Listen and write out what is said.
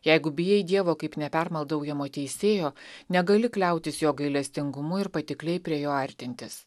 jeigu bijai dievo kaip nepermaldaujamo teisėjo negali kliautis jo gailestingumu ir patikliai prie jo artintis